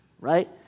Right